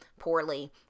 poorly